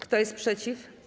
Kto jest przeciw?